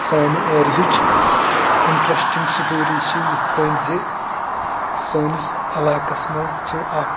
سانہِ ایریہِچ interesting story چھِ یِتھ پٲٹھۍ زِ سٲنِس علاقَس منٛز چھِ اَکھ